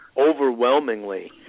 overwhelmingly